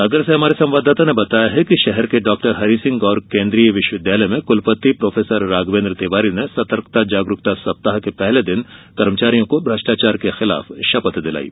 सागर से हमारे संवाददाता ने बताया है कि शहर के डाक्टर हरीसिंह गौर केन्द्रीय विश्वविद्यालय में कूलपति प्रोफेसर राघवेन्द्र तिवारी ने सतर्कता जागरूकता सप्ताह के पहले दिन कर्मचारियों को भ्रष्टाचार के खिलाफ शपथ दिलायी